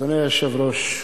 אדוני היושב-ראש,